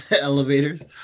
elevators